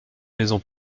maisons